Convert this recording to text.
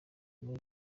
muri